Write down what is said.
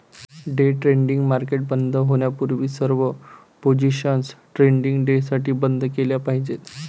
day trading market बंद होण्यापूर्वी सर्व पोझिशन्स ट्रेडिंग डेसाठी बंद केल्या पाहिजेत